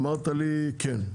אמרת לי כן,